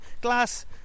Glass